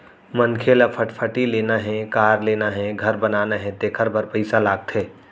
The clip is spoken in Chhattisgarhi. मनखे ल फटफटी लेना हे, कार लेना हे, घर बनाना हे तेखर बर पइसा लागथे